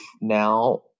now